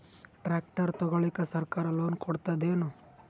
Tractor ತಗೊಳಿಕ ಸರ್ಕಾರ loan ಕೊಡತದೇನು?